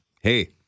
Hey